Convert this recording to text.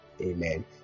Amen